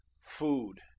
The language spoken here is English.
Food